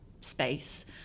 space